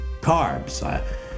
carbs